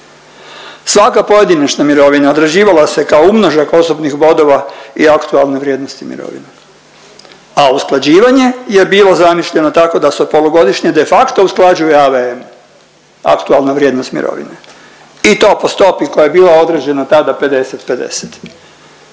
Svaka pojedinačna mirovina određivala se kao umnožak osobnih bodova i aktualne vrijednosti mirovina, a usklađivanje je bilo zamišljeno tako da se u polugodišnje de facto usklađuje AVM aktualna vrijednost mirovine i to po stopi koja je bila određena tada 50 50